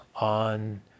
on